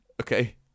Okay